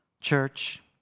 Church